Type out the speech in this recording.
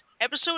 Episode